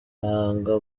ubuhanga